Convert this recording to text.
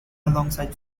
alongside